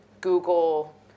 Google